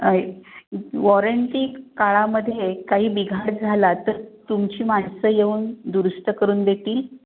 आहे वॉरंटी काळामध्ये काही बिघाड झाला तर तुमची माणसं येऊन दुरुस्त करून देतील